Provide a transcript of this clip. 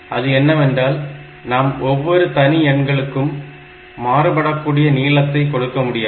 அது என்னவென்றால் நாம் ஒவ்வொரு தனி எண்களுக்கும் மாறுபடக்கூடிய நீளத்தை கொடுக்க முடியாது